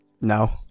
no